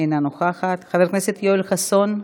אינה נוכחת, חבר הכנסת יואל חסון,